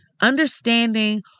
Understanding